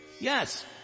Yes